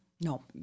No